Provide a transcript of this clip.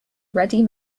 ready